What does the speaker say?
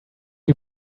you